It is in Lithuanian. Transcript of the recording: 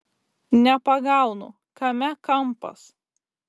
nepagaunu kame kampas